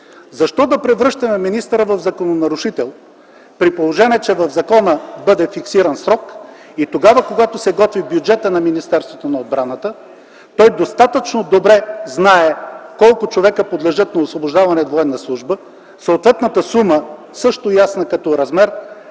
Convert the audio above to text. Защо да превръщаме министъра в закононарушител, при положение че в закона бъде фиксиран срок и тогава, когато се готви бюджетът на Министерството на отбраната – той достатъчно добре знае колко човека подлежат на освобождаване от военна служба, съответната сума, също ясна като размер,